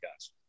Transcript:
guys